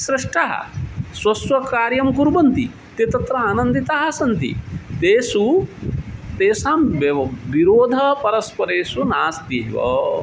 सृष्टः स्वस्वकार्यं कुर्वन्ति ते तत्र आनन्दिताः सन्ति तेषु तेषां वा विरोधपरस्परेषु नास्ति एव